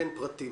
תן פרטים.